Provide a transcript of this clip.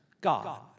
God